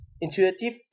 intuitive